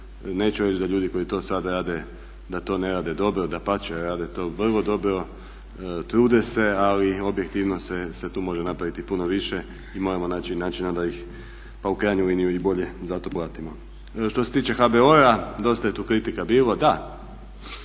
Neću reći da ljudi koji to sad rade da to ne rade dobro, dapače rade to vrlo dobro, trude se, ali objektivno se tu može napraviti puno više i moramo naći načina da ih pa u krajnjoj liniji i bolje za to platimo. Što se tiče HBOR-a, dosta je tu kritika bilo, da.